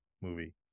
movie